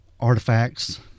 Artifacts